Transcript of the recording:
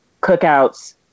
cookouts